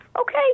okay